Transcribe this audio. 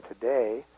today